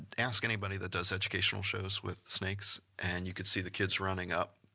and ask anybody that does educational shows with snakes and you can see the kids running up.